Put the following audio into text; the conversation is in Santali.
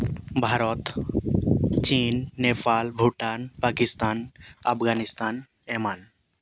ᱵᱷᱟᱨᱚᱛ ᱪᱤᱱ ᱱᱮᱯᱟᱞ ᱵᱷᱩᱴᱟᱱ ᱯᱟᱠᱤᱥᱛᱟᱱ ᱟᱯᱷᱜᱟᱱᱤᱥᱛᱟᱱ ᱮᱢᱟᱱ